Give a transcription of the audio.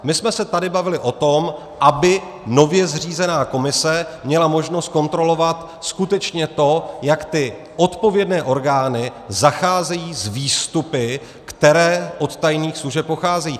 My jsme se tady bavili o tom, aby nově zřízená komise měla možnost kontrolovat skutečně to, jak ty odpovědné orgány zacházejí s výstupy, které od tajných služeb pocházejí.